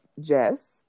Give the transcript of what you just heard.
Jess